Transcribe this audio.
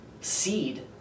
seed